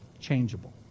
changeable